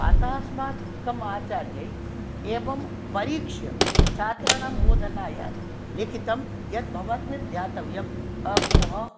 अतः अस्माकं आचार्यैः एवं परीक्ष्य छात्राणां बोधनाय लिखितं यद् भवद्भिः ध्यातव्यं अकुह